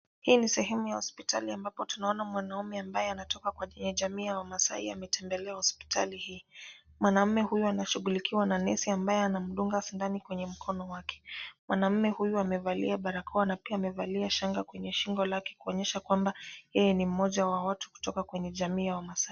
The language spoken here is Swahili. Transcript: Hii ni sehemu ya hospitali ambapo tunaona mwanaume ambaye anatoka kwenye jamii ya wamaasai ametembelea hospitali hii. Mwanaume huyu anashughuliwa na nesi ambaye anamdunga sindano kwenye mkono wake. Mwanaume huyu amevalia barakoa na pia amevalia shanga kwenye shingo yake kuonyesha kwamba yeye ni mmoja wa watu kutoka kwenye jamii ya wamaasai.